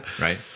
Right